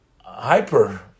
hyper